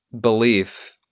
belief